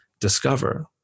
discover